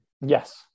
Yes